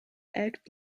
act